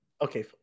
okay